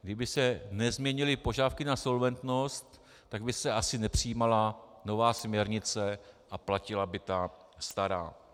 Kdyby se nezměnily požadavky na solventnost, tak by se asi nepřijímala nová směrnice a platila by ta stará.